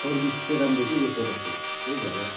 service चाहिँ राम्रो के यो प्रडक्टको त्यही भएर